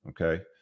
okay